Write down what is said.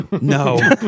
No